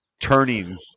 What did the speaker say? turning